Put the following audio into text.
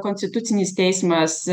konstitucinis teismas